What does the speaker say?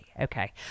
Okay